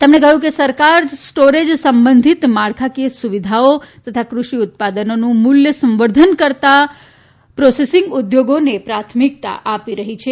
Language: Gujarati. તેમણે કહ્યું કે સરકાર સ્ટોરેજ સંબંધિત માળખાકીય સુવિધાઓ તથા કૃષિ ઉત્પાદનોનું મુલ્ય કરતાં પ્રોસેસિંગ ઉદ્યોગોને પ્રાથમિકતા આપી રહી છે